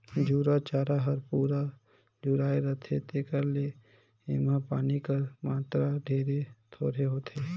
झूरा चारा हर पूरा झुराए रहथे तेकर ले एम्हां पानी कर मातरा ढेरे थोरहें होथे